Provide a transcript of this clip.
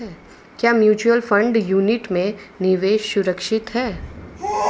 क्या mutual fund unit में निवेश सुरक्षित है?